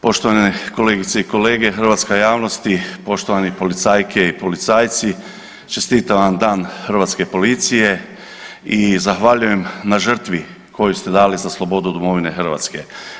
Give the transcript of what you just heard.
Poštovane kolegice i kolege, hrvatska javnosti, poštovani policajke i policajci čestitam vam Dan hrvatske policije i zahvaljuje na žrtvi koju ste dali za slobodu domovine Hrvatske.